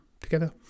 together